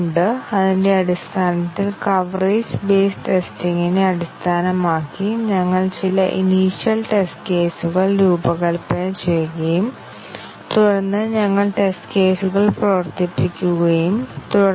basic condition coverage ഞങ്ങൾ പരിശോധിച്ചു അവിടെ ഓരോ കംപോണൻറ് വ്യവസ്ഥയും അല്ലെങ്കിൽ ആറ്റോമിക് അവസ്ഥയും സത്യവും തെറ്റായ മൂല്യങ്ങളും അനുമാനിക്കാൻ ഉണ്ടാക്കുന്നു